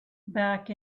back